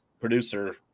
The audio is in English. producer